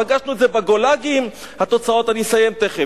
פגשנו את זה בגולאגים, אני אסיים תיכף.